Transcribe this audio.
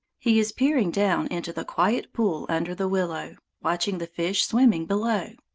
he is peering down into the quiet pool under the willow, watching the fish swimming below.